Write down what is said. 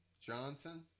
Johnson